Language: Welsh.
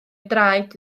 draed